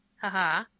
haha